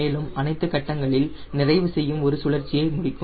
மேலும் அனைத்து கட்டங்களில் நிறைவும் ஒரு சுழற்சியை முடிக்கும்